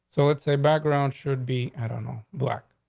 so it's a background. should be. i don't know black.